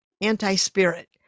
anti-spirit